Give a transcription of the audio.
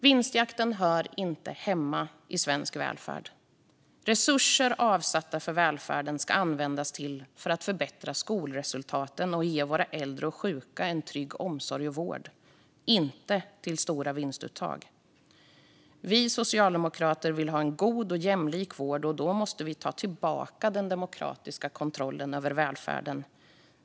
Vinstjakten hör inte hemma i svensk välfärd. Resurser avsatta för välfärden ska användas till att förbättra skolresultaten och ge våra äldre och sjuka en trygg omsorg och vård - inte till stora vinstuttag. Vi socialdemokrater vill ha en god och jämlik vård, och då måste vi ta tillbaka den demokratiska kontrollen över välfärden.